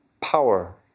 power